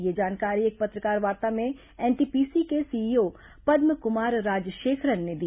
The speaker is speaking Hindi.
यह जानकारी एक पत्रकारवार्ता में एनटीपीसी के सीईओ पद्म कुमार राजशेखरन ने दी